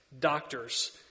doctors